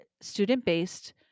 student-based